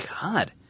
God